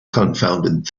confounded